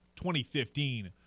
2015